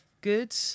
good